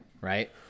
Right